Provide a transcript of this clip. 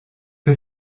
que